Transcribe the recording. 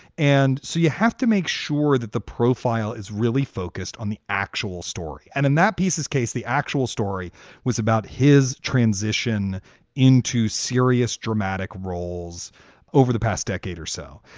and so you have to make sure that the profile is really focused on the actual story. and in that piece is case, the actual story was about his transition into serious dramatic roles over the past decade or so.